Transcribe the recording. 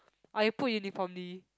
or you put uniformly